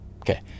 Okay